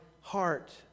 heart